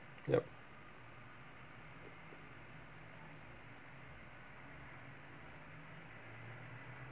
yup